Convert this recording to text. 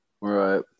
right